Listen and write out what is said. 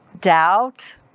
Doubt